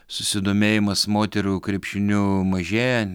susidomėjimas moterų krepšiniu mažėja